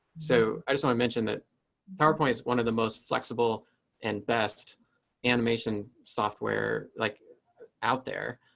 so i just i mentioned that powerpoint is one of the most flexible and best animation software like out there.